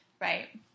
Right